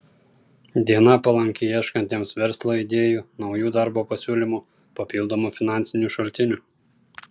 diena palanki ieškantiems verslo idėjų naujų darbo pasiūlymų papildomų finansinių šaltinių